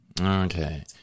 Okay